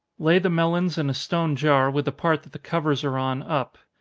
lay the melons in a stone jar, with the part that the covers are on, up.